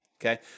okay